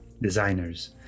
designers